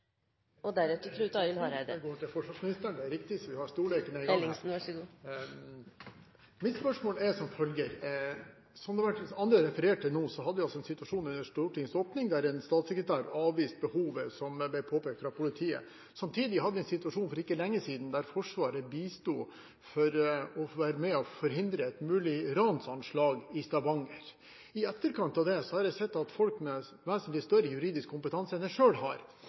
så vi har stolleken i gang her. Som andre har referert til, så hadde vi altså en situasjon under Stortingets åpning der en statssekretær avviste behovet som ble påpekt av politiet. Samtidig hadde vi en situasjon for ikke lenge siden der Forsvaret bisto for å forhindre et mulig ransanslag i Stavanger. I etterkant av det har jeg sett at folk med vesentlig større juridisk kompetanse enn jeg selv har,